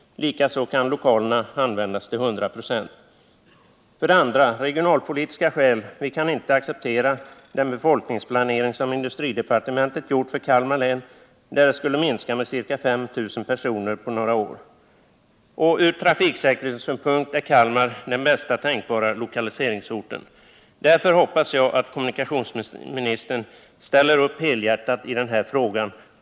Likaså kan lokalerna användas till 100 96. 2. Av regionalpolitiska skäl kan vi inte acceptera den befolkningsplanering som industridepartementet gjort för Kalmar län, enligt vilken befolkningen där skulle minska med ca 5 000 personer på några år. 3. Från trafiksäkerhetssynpunkt är Kalmar bästa tänkbara lokaliseringsort. Därför hoppas jag att kommunikationsministern helhjärtat ställer upp i denna fråga.